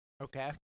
Okay